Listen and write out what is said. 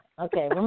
Okay